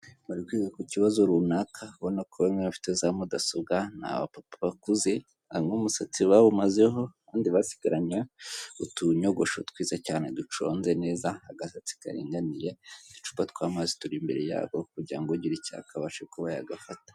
Bari kwiga ku kibazo runaka ubona ko bamwe bafite za mudasobwa, ni aba papa bakuze bamwe umusatsi bawumazeho abandi basigaranye utunyogosho twiza cyane duconze neza agasatsi karinganiye, uducupa tw'amazi turi imbere yabo kugira ngo ugira icyaka bashe kuba yagafata.